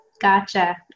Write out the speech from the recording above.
Gotcha